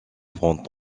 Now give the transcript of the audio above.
font